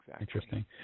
Interesting